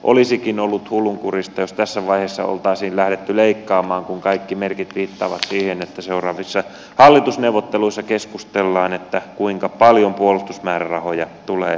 olisikin ollut hullunkurista jos tässä vaiheessa oltaisiin lähdetty leikkaamaan kun kaikki merkit viittaavat siihen että seuraavissa hallitusneuvotteluissa keskustellaan kuinka paljon puolustusmäärärahoja tulee korottaa